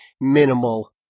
minimal